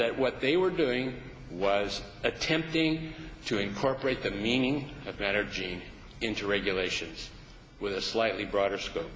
that what they were doing was attempting to incorporate the meaning of better gene into regulations with a slightly broader scope